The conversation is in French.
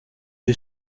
des